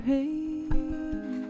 Hey